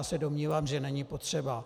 Já se domnívám, že není potřeba.